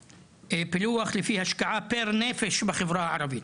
בפילוח לפי השקעה ולפי נפש בחברה הערבית,